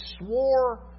swore